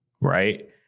Right